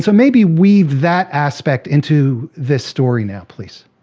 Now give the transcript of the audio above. so maybe weave that aspect into this story now, please.